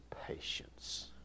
patience